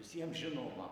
visiems žinoma